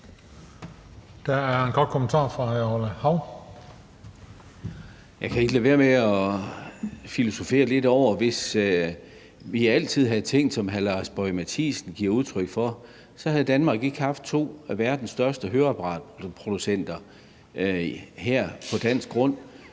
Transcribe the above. fra hr. Orla Hav. Kl. 14:51 Orla Hav (S): Jeg kan ikke lade være med at filosofere lidt over, at hvis vi altid havde tænkt som hr. Lars Boje Mathiesen giver udtryk for, så havde Danmark ikke haft to af verdens største høreapparatproducenter her på dansk grund.